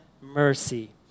mercy